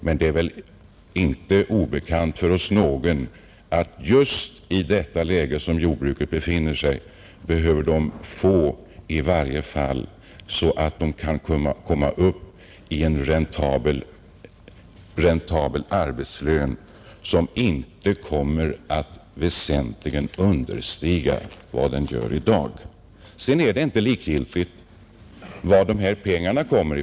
Men det är väl inte obekant för någon av oss att i det läge där jordbruket nu befinner sig behöver jordbrukarna få i varje fall så mycket att de kan komma upp i en arbetslön som inte väsentligen understiger den de har i dag. Det är inte heller likgiltigt varifrån dessa pengar kommer.